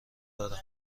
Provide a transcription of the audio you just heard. دارم